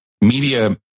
media